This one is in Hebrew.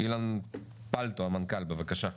אילן פלטו, המנכ"ל, בבקשה.